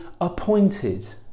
appointed